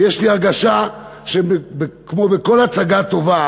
ויש לי הרגשה שכמו בכל הצגה טובה